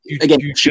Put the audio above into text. again